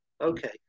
Okay